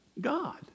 God